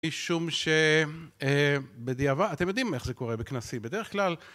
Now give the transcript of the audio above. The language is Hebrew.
משום שבדיעבד, אתם יודעים איך זה קורה בכנסים, בדרך כלל